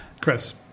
Chris